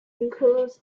includes